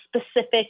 specific